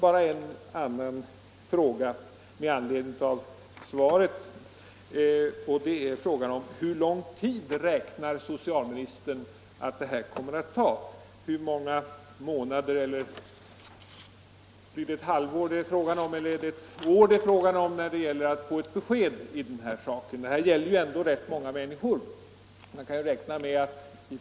Bara helt kort en fråga med anledning av svaret: Hur lång tid räknar socialministern att det kommer att ta att få ett besked i den här saken? Är det fråga om ett halvår eller ett år? Det gäller ju ändå ett stort antal människor.